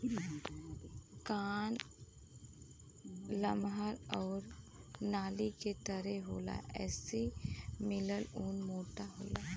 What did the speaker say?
कान लमहर आउर नली के तरे होला एसे मिलल ऊन मोटा होला